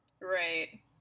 right